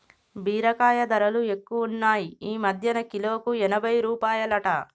బీరకాయ ధరలు ఎక్కువున్నాయ్ ఈ మధ్యన కిలోకు ఎనభై రూపాయలట